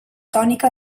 tònica